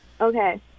Okay